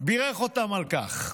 ובירך אותם על כך.